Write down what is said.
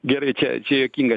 gerai čia čia juokinga